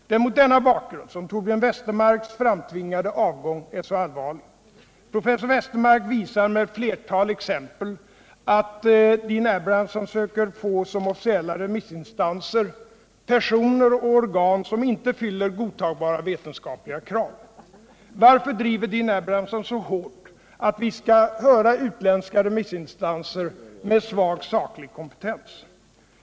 Det är mot denna bakgrund som Torbjörn Westermarks framtvingade avgång är så allvarlig. Professor Westermark visar med ett flertal exempel att Dean Abrahamson söker få som officiella remissinstanser sådana personer och organ som inte fyller godtagbara vetenskapliga krav. Varför driver Dean Abrahamson så hårt att vi skall höra utländska remissinstanser med svag saklig kompetens?